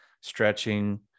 Stretching